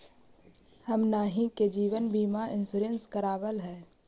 हमनहि के जिवन बिमा इंश्योरेंस करावल है?